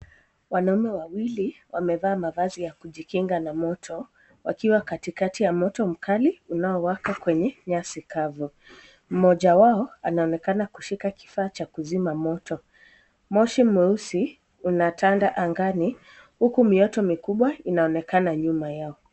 Wanaume wawili wamevaa mavazi ya kujikinga na moto wakiwa katikati ya moto mkali unaowaka kwenye nyasi kavu. Mmoja wao anaonekana kushika kifaa cha kuzima moto. Moshi mweusi unatanda angani huku mioto mikubwa inaonekana nyuma yao.